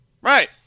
Right